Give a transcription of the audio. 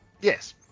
Yes